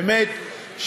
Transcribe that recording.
באמת,